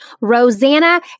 Rosanna